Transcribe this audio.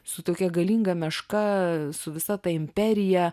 su tokia galinga meška su visa ta imperija